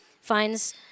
finds